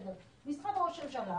בסדר זה נמצא במשרד ראש הממשלה,